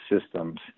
systems